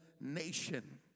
nation